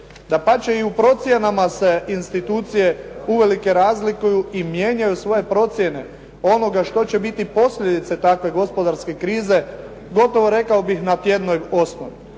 Dapače i u procjenama se institucije uvelike razlikuju i mijenjaju svoje procjene onoga što će biti posljedice takve gospodarske krize, gotovo rekao bih na tjednoj osnovi.